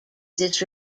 this